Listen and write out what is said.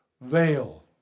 veil